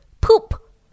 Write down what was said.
poop